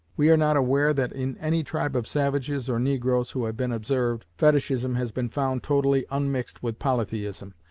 we are not aware that in any tribe of savages or negroes who have been observed, fetichism has been found totally unmixed with polytheism,